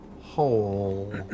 hole